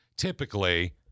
Typically